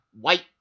White